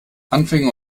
anfänger